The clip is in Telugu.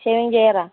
షేవింగ్ చేయరా